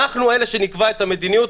אנחנו אלה שנקבע את המדיניות.